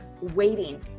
waiting